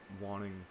wanting